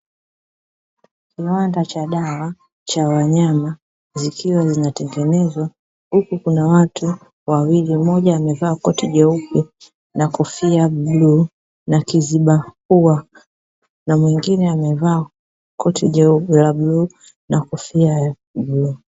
Kiwanda cha dawa za wanyama zikiwa zinatengenezwa huku kuna watu wawili, mmoja amevaa koti jeupe na kofia ya bluu na kiziba kifua na mwingine amevaa koti la bluu na kofia ya bluu.